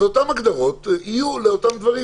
אז אותן הגדרות יהיו לאותם דברים,